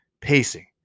Pacing